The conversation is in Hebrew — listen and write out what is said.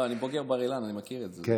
אני בוגר בר-אילן, אני מכיר את זה.